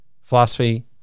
philosophy